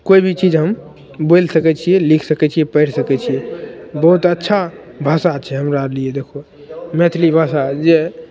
कोइ भी चीज हम बोलि सकै छिए लिखि सकै छिए पढ़ि सकै छिए बहुत अच्छा भाषा छै हमरा लिए देखऽ मैथिली भाषा जे